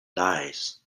dies